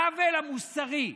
העוול המוסרי,